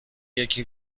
یکی